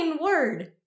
word